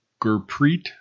Gurpreet